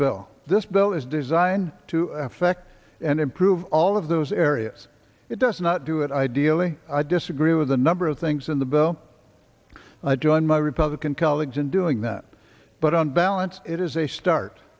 bill this bill is designed to affect and improve all of those areas it does not do it ideally i disagree with a number of things in the bell i join my republican colleagues in doing that but on balance it is a start